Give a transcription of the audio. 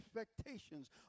expectations